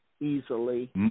easily